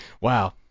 wow